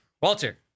Walter